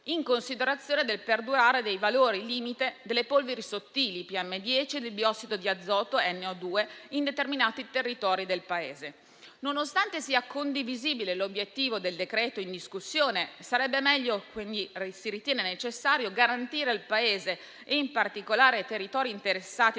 in considerazione del perdurare dei valori limite delle polveri sottili PM10 (materiale particolato) e del biossido di azoto (NO2) in determinati territori del Paese. Nonostante sia condivisibile l'obiettivo del decreto in discussione, si ritiene necessario garantire al Paese, e in particolare ai territori interessati